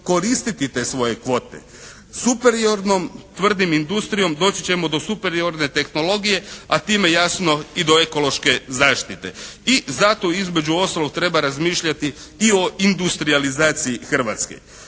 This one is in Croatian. koristiti te svoje kvote. Superiornom tvrdim industrijom, doći ćemo do superiorne tehnologije, a time jasno i do ekološke zaštite. I zato između ostaloga treba razmišljati i o industrijalizaciji Hrvatske.